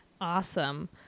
Awesome